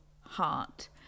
heart